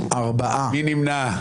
מי נמנע?